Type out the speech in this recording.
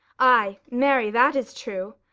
ay! marry, that is true,